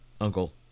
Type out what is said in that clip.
uncle